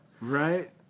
Right